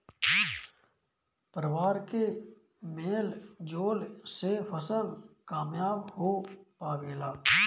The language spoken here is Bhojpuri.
परिवार के मेल जोल से फसल कामयाब हो पावेला